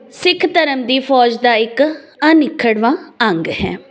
ਸਿੱਖ ਧਰਮ ਦੀ ਫੌਜ ਦਾ ਇੱਕ ਅਨਿੱਖੜਵਾਂ ਅੰਗ ਹੈ